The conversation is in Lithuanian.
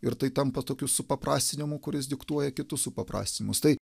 ir tai tampa tokiu supaprastinimu kuris diktuoja kitus supaprastinimus tai